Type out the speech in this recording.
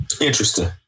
Interesting